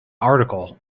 article